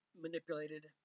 manipulated